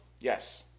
Yes